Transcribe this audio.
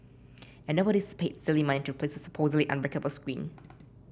and nobody paid silly money to replace a supposedly unbreakable screen